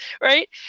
Right